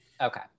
okay